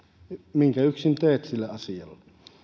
minkä yksin teet sille asialle